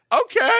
Okay